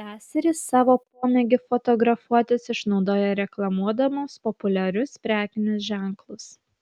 seserys savo pomėgį fotografuotis išnaudoja reklamuodamos populiarius prekinius ženklus